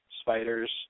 spiders